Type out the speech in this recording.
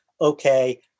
okay